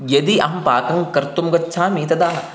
यदि अहं पाकं कर्तुं गच्छामि तदा